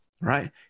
Right